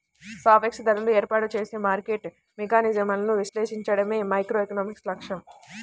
సాపేక్ష ధరలను ఏర్పాటు చేసే మార్కెట్ మెకానిజమ్లను విశ్లేషించడమే మైక్రోఎకనామిక్స్ లక్ష్యం